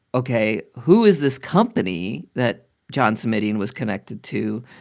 ok, who is this company that john simidian was connected to?